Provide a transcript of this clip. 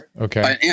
Okay